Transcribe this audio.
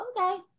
okay